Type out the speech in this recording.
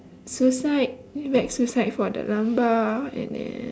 suicide back suicide for the number and then